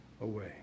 away